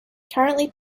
currently